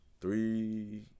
three